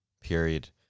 period